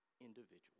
individual